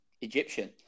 Egyptian